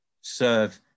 serve